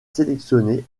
sélectionnée